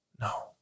no